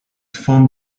form